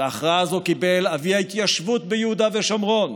את ההכרעה הזו קיבל אבי ההתיישבות ביהודה ושומרון,